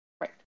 Right